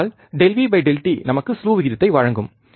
அதனால் ΔV Δt நமக்கு ஸ்லூ விகிதத்தை வழங்கும்